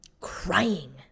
crying